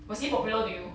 was he popular to you